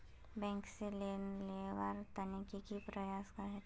Bank से loan लुबार तने की की प्रोसेस होचे?